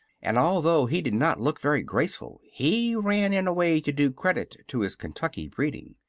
and although he did not look very graceful he ran in a way to do credit to his kentucky breeding.